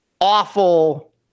awful